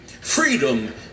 Freedom